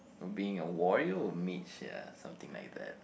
being a warrior or mage ya something like that